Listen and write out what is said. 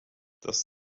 das